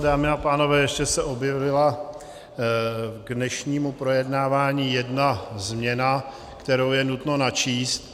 Dámy a pánové, ještě se objevila k dnešnímu projednávání jedna změna, kterou je nutno načíst.